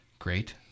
Great